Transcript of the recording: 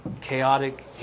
chaotic